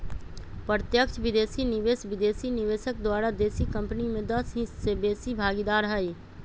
प्रत्यक्ष विदेशी निवेश विदेशी निवेशक द्वारा देशी कंपनी में दस हिस्स से बेशी भागीदार हइ